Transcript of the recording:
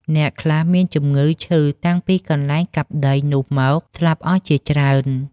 អ្នកខ្លះមានជំងឺឈឺតាំងពីកន្លែងកាប់ដីនោះមក ស្លាប់អស់ជាច្រើននាក់ ។